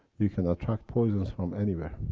you can attract poisons from anywhere.